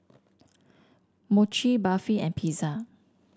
Mochi Barfi and Pizza